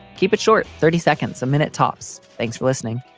keep it short. thirty seconds a minute, tops. thanks for listening